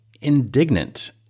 indignant